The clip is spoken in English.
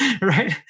Right